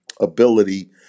ability